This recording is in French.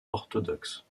orthodoxes